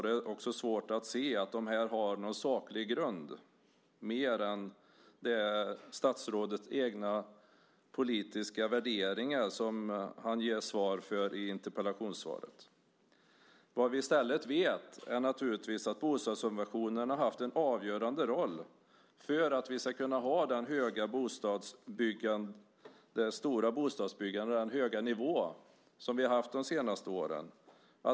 Det är också svårt att se att de har någon saklig grund mer än statsrådets egna politiska värderingar, som han ger uttryck för i interpellationssvaret. Vad vi i stället vet är att bostadssubventionerna har haft en avgörande roll för att vi ska kunna ha det stora bostadsbyggande och den höga nivå som vi haft de senaste åren.